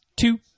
two